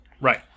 Right